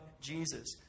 Jesus